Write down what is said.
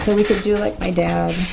we could do like my dad